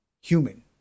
human